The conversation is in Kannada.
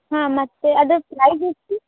ಹಾಂ ಮತ್ತೆ ಅದಕ್ಕೆ ಪ್ರೈಸ್ ಎಷ್ಟು